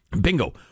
Bingo